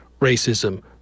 racism